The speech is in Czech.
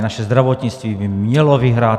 Naše zdravotnictví by mělo vyhrát.